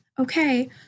okay